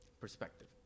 perspective